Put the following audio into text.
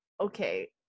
Okay